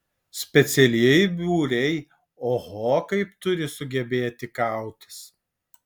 specialieji būriai oho kaip turi sugebėti kautis